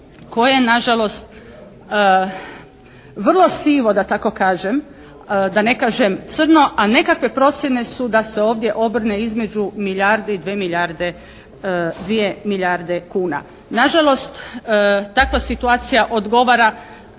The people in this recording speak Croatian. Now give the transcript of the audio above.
koje nažalost vrlo sivo da tako kažem, da ne kažem crno a nekakve procjene su da se ovdje obrne između milijardu i 2 milijarde kuna. Nažalost takva situacija odgovara